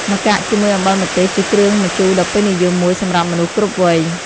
ម្កាក់ជាមួយអំបិលម្ទេសជាគ្រឿងម្ជូរដ៏ពេញនិយមមួយសម្រាប់មនុស្សគ្រប់វ័យ។